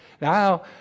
Now